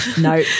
no